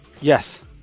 Yes